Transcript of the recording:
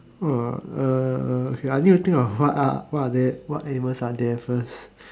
uh okay I need to think of what are what are there what animals are there first